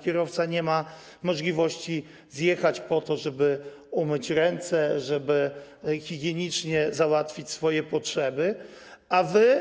Kierowca nie ma możliwości zjechać po to, żeby umyć ręce, by higienicznie załatwić swoje potrzeby, a wy